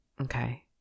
Okay